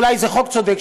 אולי זה חוק צודק,